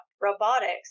robotics